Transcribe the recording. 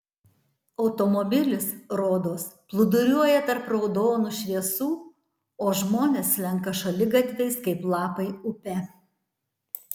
automobilis rodos plūduriuoja tarp raudonų šviesų o žmonės slenka šaligatviais kaip lapai upe